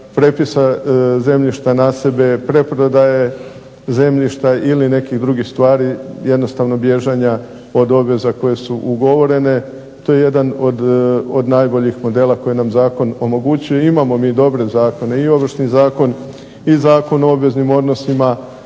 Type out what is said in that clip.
prijepisa zemljišta na sebe, preprodaje zemljišta ili nekih drugih stvari jednostavno bježanja od obveza koje su ugovorene, to je jedan od najboljih modela koje nam Zakon omogućujem, imamo mi dobre zakone i Ovršni zakon i Zakon o obveznim odnosima